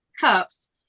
cups